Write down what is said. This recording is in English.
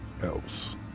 else